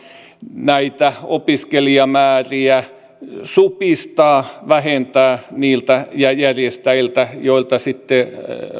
näitä opiskelijamääriä supistaa vähentää niiltä järjestäjiltä joilta